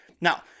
Now